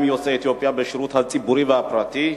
יוצאי אתיופיה בשירות הציבורי והפרטי?